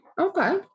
Okay